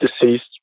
deceased